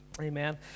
Amen